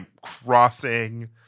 crossing